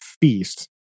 feast